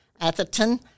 Atherton